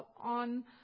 on